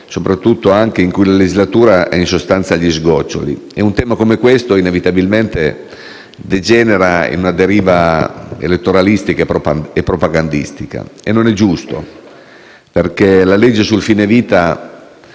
soprattutto in un momento in cui la legislatura è in sostanza agli sgoccioli. Un tema come quello in esame, inevitabilmente, degenera in una deriva elettoralistica e propagandistica e non è giusto, perché la legge sul fine vita